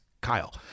Kyle